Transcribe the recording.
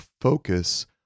focus